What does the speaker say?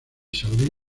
saharaui